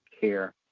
care